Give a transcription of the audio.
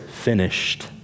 finished